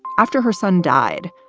after her son died,